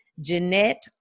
Jeanette